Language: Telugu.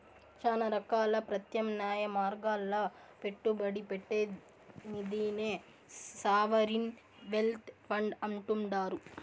శానా రకాల ప్రత్యామ్నాయ మార్గాల్ల పెట్టుబడి పెట్టే నిదినే సావరిన్ వెల్త్ ఫండ్ అంటుండారు